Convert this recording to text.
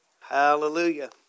Hallelujah